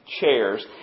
Chairs